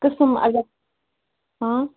قٕسٕم الگ